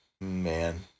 Man